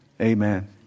Amen